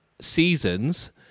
seasons